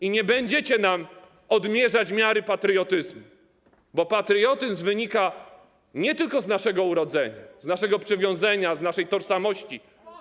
I nie będziecie nam odmierzać patriotyzmu, bo patriotyzm wynika nie tylko z naszego urodzenia, z naszego przywiązania, z naszej tożsamości.